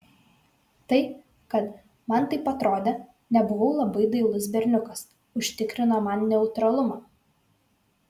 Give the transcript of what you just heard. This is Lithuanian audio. tai kad man taip atrodė nebuvau labai dailus berniukas užtikrino man neutralumą